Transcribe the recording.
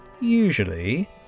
Usually